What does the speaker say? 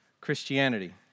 Christianity